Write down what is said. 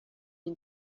این